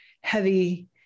heavy